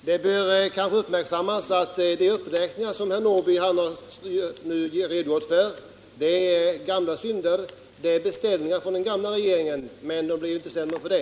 Herr talman! Det bör uppmärksammas att de uppräkningar som herr Norrby nu redogjort för är gamla ”synder”. De är beställningar från den gamla regeringen, men de blir ju inte sämre för det.